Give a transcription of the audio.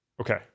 Okay